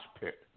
pit